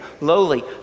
Lowly